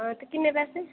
हां ते किन्ने पैसे